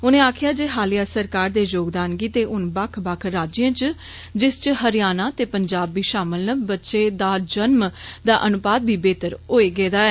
उनें आक्खेआ जे हालया सरकार दे योगदान गितै हुन बक्ख बक्ख राज्यें च जिस च हरियाणा ते पंजाब बी षामल न बच्चें दा जन्म दा अनुपात बी बेहतर होई गेदा ऐ